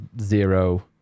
zero